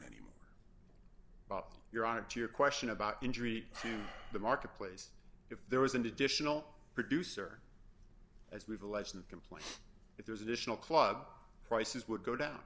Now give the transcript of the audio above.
anymore bob you're on to your question about injury to the marketplace if there was an additional producer as we've alleged and complain if there's additional club prices would go down